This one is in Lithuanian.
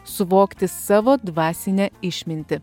suvokti savo dvasinę išmintį